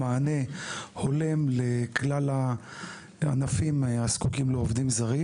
מענה הולם לכלל הענפים הזקוקים לעובדים זרים.